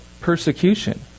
persecution